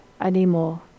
anymore